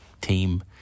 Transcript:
team